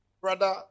brother